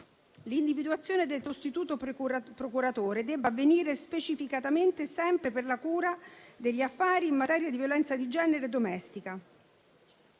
l'individuazione del sostituto procuratore debba avvenire specificatamente sempre per la cura degli affari in materia di violenza di genere e domestica.